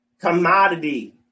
commodity